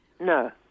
No